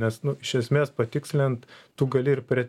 nes nu iš esmės patikslint tu gali ir prie